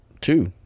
two